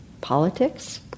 politics